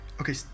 Okay